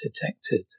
detected